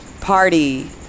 party